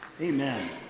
Amen